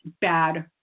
bad